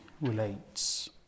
relates